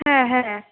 হ্যাঁ হ্যাঁ